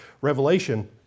Revelation